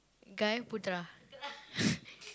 guy Putra